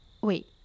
Wait